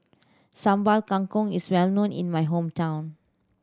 Sambal Kangkong is well known in my hometown